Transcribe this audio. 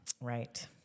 Right